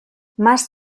más